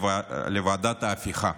לוועדת ההפיכה.